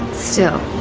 so